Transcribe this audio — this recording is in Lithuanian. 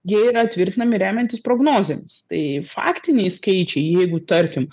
jie yra tvirtinami remiantis prognozėmis tai faktiniai skaičiai jeigu tarkim